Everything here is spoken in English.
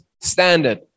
standard